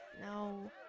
no